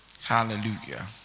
Hallelujah